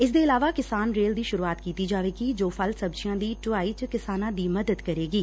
ਇਸਦੇ ਇਲਾਵਾ ਕਿਸਾਨ ਰੇਲ ਦੀ ਸੁਰੂਆਤ ਕੀਤੀ ਜਾਵੇਗੀ ਜੋ ਫਲ ਸ਼ਬਜੀਆਂ ਦੀ ਢੁਆਈ ਚ ਕਿਸਾਨਾਂ ਦੀ ਮਦਦਦਕਰੇਗੀ